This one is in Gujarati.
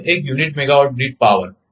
1 યુનિટ દીઠ મેગાવાટ પાવર0